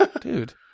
Dude